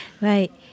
right